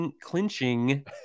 clinching